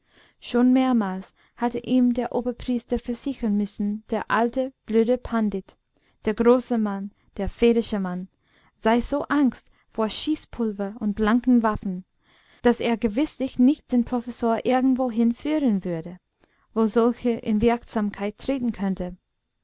schon mehrmals hatte ihm der oberpriester versichern müssen der alte blöde pandit der große mann der vedische mann sei so angst vor schießpulver und blanken waffen daß er gewißlich nicht den professor irgendwohin führen würde wo solche in wirksamkeit treten könnten